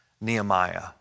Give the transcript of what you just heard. Nehemiah